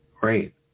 Great